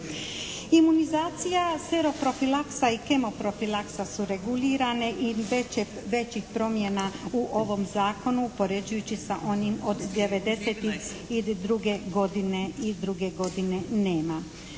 Imunizacija, seroprofilaksa i kemoprofilaksa su regulirane i većih promjena u ovom zakonu poređujući sa onim od '92. godine nema.